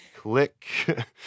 Click